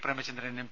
Premachandran M